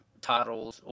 titles